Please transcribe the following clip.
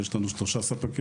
היום יש לנו רק שלושה ספקים.